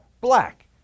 black